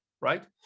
right